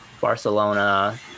Barcelona